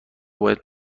باید